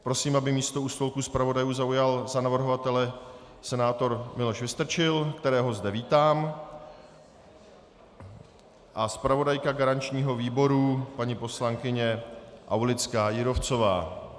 Prosím, aby místo u stolku zpravodajů zaujal za navrhovatele senátor Miloš Vystrčil, kterého zde vítám, a zpravodajka garančního výboru paní poslankyně Aulická Jírovcová.